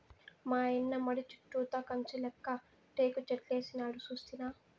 మాయన్న మడి చుట్టూతా కంచెలెక్క టేకుచెట్లేసినాడు సూస్తినా